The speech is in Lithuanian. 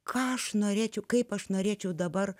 ką aš norėčiau kaip aš norėčiau dabar